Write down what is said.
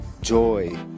joy